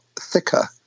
thicker